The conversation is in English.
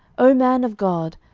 o man of god,